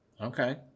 Okay